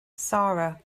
sara